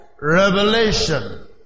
revelation